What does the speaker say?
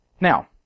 Now